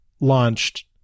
launched